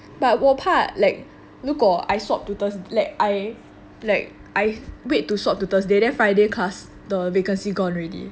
but 我怕 like 如果 I swap to thurs~ like I like I wait to swap to thursday then friday class the vacancy gone already